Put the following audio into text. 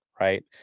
right